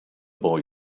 boy